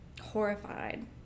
horrified